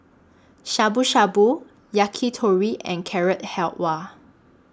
Shabu Shabu Yakitori and Carrot Halwa